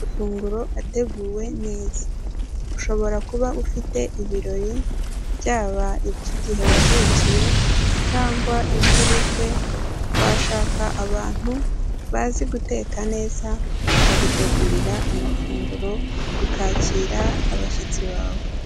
Amafunguro ateguwe neza. Ushobora kuba ufite ibirori, byaba iby'igihe wavukiye cyangwa iby'ubukwe, washaka abantu bazi guteka neza bakagutegurira amafunguro, ukakira abashyitsi bawe.